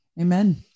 amen